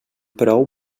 prou